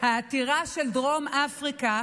העתירה של דרום אפריקה